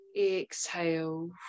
exhale